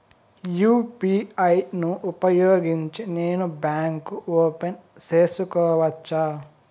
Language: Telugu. యు.పి.ఐ ను ఉపయోగించి నేను బ్యాంకు ఓపెన్ సేసుకోవచ్చా?